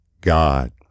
God